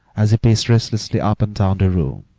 as he paced restlessly up and down the room.